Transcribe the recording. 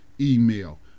email